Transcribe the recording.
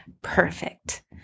perfect